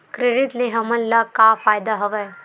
Credit ले हमन ला का फ़ायदा हवय?